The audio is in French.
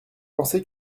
pensé